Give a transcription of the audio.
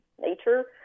nature